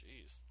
Jeez